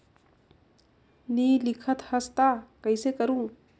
नी लिखत हस ता कइसे करू?